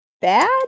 bad